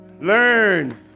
Learn